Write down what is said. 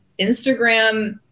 Instagram